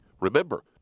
Remember